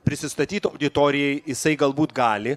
prisistatyt auditorijai jisai galbūt gali